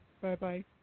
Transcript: Bye-bye